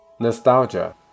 Nostalgia